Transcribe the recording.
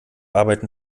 arbeiten